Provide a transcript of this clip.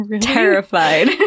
terrified